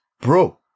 Bro